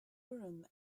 urim